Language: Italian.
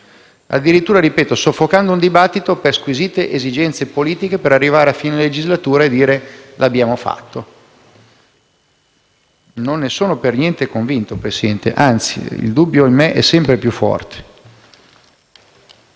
addirittura soffocando un dibattito per squisite esigenze politiche per arrivare, a fine legislature, a dire: lo abbiamo fatto. Non ne sono per niente convinto, Presidente; anzi, il dubbio in me è sempre più forte.